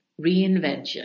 reinvention